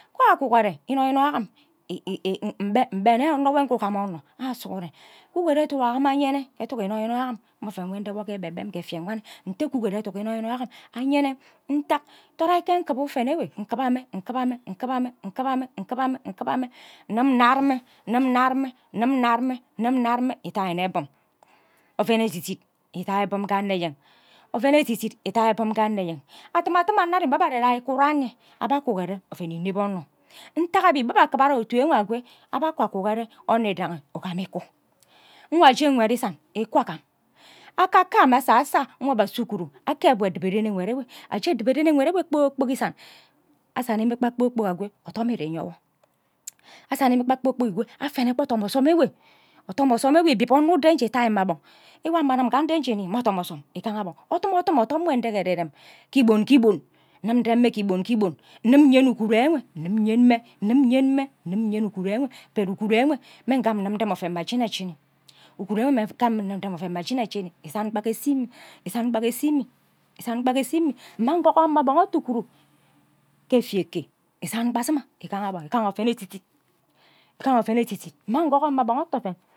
Wan akugore inonoyi am mbe nne onno nwo uje igam on awo sughuren kugoro eduk eyim enyen eduk inonoyi am mme oven nwo nde wo ebe bem nte kugoro eduk inonoyi enyene nEa torai nte nkiba ufen ewen nkiba mme nkiba mme nkiba mme nkiba mme nkiba mme nkiba mme nkiba mme nnad mme nnad mme nnad mme idai mhe bum oven edidit itai ibum ke anno enyen oven edidit itai bum adima adini anno mbe are iku range abe akugore oven ineb onno ntaghe egbi be abe akibe otu enwe akwo aka kwa akugore anno idangi igam iku nkwa aje nkwed igan iku agam akakayo mme asasa ayo ase iguru akeb nwo nkwed enwe akwo isa asawa mme odom ire iyewo asani mme gba kpor kpork akwo afene adimi odom ozom enwe odom ozom ewe idib onno nje idai mma gbo enwe mme anin ghe nde nje mme odom ozom igaha bon odumo dum odom nwo nde ke ererem ke igon ke igbo ndim ndem mme ke igbon idimi ndemn mme igbon ke igbon ndim nyen uguru enwe ndim enyen mme ndim nyeme ndim nye mme ndim nyen uguru enwe bot uguru enwe mme ngam ndim ndem oven mma jena jeni uguru ewe ngam mme ndim rem oven nsan kpan ghe esa imi esan gba ghe esa imi mma nkugor gbo ije uguru ke efai eke isan gba sima igaha gbom igaha oven edidit igaha oven edidit mma nkugor mma mang ichi oven